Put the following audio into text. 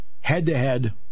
head-to-head